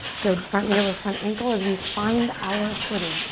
good front knee over front ankle as we find our footing.